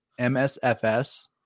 MSFS